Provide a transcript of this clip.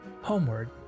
Homeward